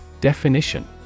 Definition